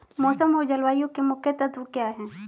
मौसम और जलवायु के मुख्य तत्व क्या हैं?